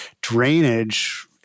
drainage